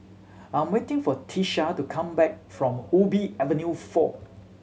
I'm waiting for Tisha to come back from Ubi Avenue Four